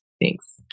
Thanks